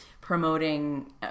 promoting